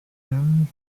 john